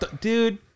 dude